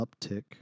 uptick